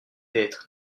être